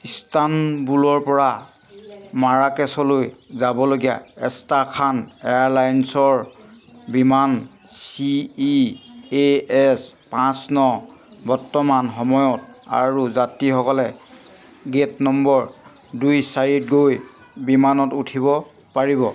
ইস্তানবুলৰ পৰা মাৰাকেচলৈ যাবলগীয়া এষ্ট্ৰাখান এয়াৰলাইনছৰ বিমান চি ই এ এছ পাঁচ ন বৰ্তমান সময়ত আৰু যাত্ৰীসকলে গেট নম্বৰ দুই চাৰি দুই বিমানত উঠিব পাৰিব